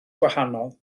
gwahanol